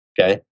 Okay